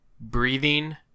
Breathing